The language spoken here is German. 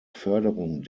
förderung